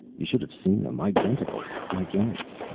you should have seen them. identical. like ants.